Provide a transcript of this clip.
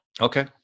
Okay